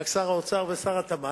רק שר האוצר ושר התמ"ת,